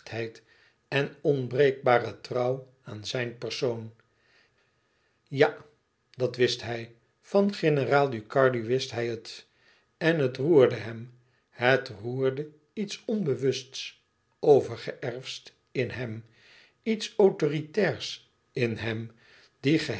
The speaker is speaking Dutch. en onbreekbare trouw aan zijn persoon ja dat wist hij van generaal ducardi wist hij het en het roerde hem het roerde iets onbewusts overgeërfds in hem iets autoritairs in hem die